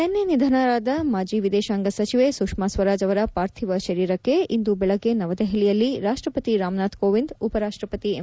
ನಿನ್ನೆ ನಿಧನರಾದ ಮಾಜಿ ವಿದೇಶಾಂಗ ಸಚಿವೆ ಸುಷ್ಕಾ ಸ್ವರಾಜ್ ಅವರ ಪಾರ್ಥಿವ ಶರೀರಕ್ಷೆ ಇಂದು ಬೆಳಗ್ಗೆ ನವದೆಹಲಿಯಲ್ಲಿ ರಾಷ್ಟಪತಿ ರಾಮನಾಥ್ ಕೋವಿಂದ್ ಉಪರಾಷ್ಟಪತಿ ಎಂ